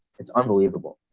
it's unbelievable.